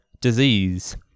disease